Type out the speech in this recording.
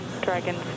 Dragon